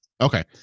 Okay